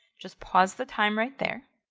just pause the time right there.